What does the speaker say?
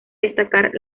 destacar